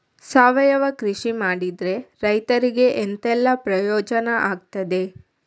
ಸಾವಯವ ಕೃಷಿ ಮಾಡಿದ್ರೆ ರೈತರಿಗೆ ಎಂತೆಲ್ಲ ಪ್ರಯೋಜನ ಆಗ್ತದೆ?